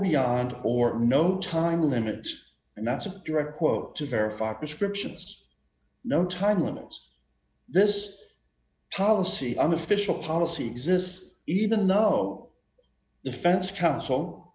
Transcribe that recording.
beyond or no time limits and that's a direct quote to verify prescriptions no time limits this policy unofficial policy exists even though defense counsel